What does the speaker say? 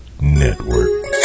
network